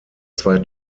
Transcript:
zwei